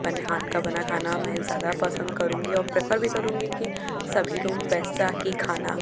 अपने हाथ का बना खाना मैं ज़्यादा पसंद करूंगी और प्रेफर भी करूंगी कि सभी लोग वैसा ही खाना